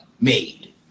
made